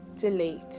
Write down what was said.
delete